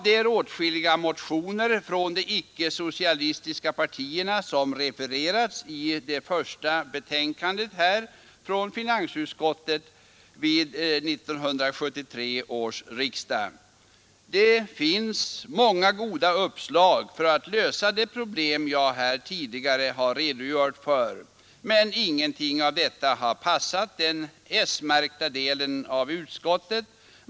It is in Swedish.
Det är åtskilliga motioner från de icke-socialistiska partierna som refererats i detta första betänkande från finansutskottet vid 1973 års riksdag. Det finns många goda uppslag för att lösa de problem jag här tidigare redogjort för. Men ingenting av detta har passat den s-märkta delen av utskottet.